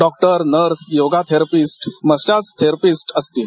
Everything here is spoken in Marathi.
doctor nurse yoga therapist massage therapist असतील